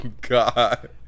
god